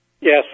Yes